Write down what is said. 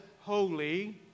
holy